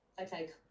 Okay